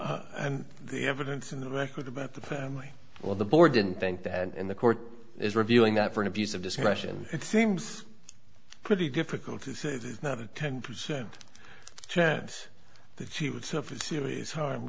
family the evidence in the record about the family or the board didn't think that and the court is reviewing that for an abuse of discretion it seems pretty difficult to say this is not a ten percent chance that she would suffer serious harm